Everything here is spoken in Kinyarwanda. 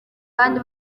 kandi